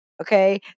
Okay